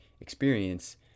experience